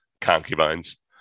concubines